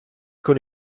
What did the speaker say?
con